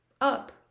up